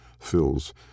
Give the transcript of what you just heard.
fills